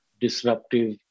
disruptive